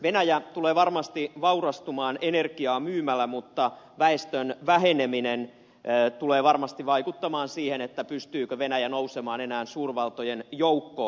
venäjä tulee varmasti vaurastumaan energiaa myymällä mutta väestön väheneminen tulee varmasti vaikuttamaan siihen pystyykö venäjä enää nousemaan suurvaltojen joukkoon